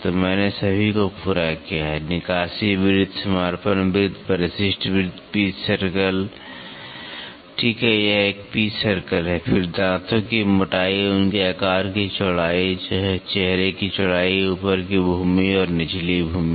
तो मैंने सभी को पूरा किया है निकासी वृत्त समर्पण वृत्त परिशिष्ट वृत्त पिच सर्कल ठीक यह एक पिच सर्कल है फिर दांतों की मोटाई उनके आकार की चौड़ाई चेहरे की चौड़ाई ऊपर की भूमि और निचली भूमि